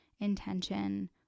intention